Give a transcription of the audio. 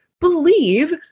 believe